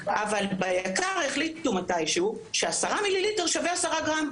אבל ביק"ר החליטו ש-10 מיליליטר שווים 10 גרם.